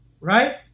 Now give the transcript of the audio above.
right